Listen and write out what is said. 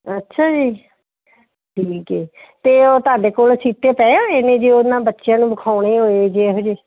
ਅੱਛਾ ਜੀ ਠੀਕ ਹੈ ਅਤੇ ਤੁਹਾਡੇ ਕੋਲ ਸੀਤੇ ਪਏ ਹੋਏ ਨੇ ਜੀ ਉਹਨਾਂ ਬੱਚਿਆਂ ਨੂੰ ਵਿਖਾਉਣੇ ਹੋਏ ਜੇ ਇਹੋ ਜਿਹੇ